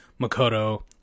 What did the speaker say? Makoto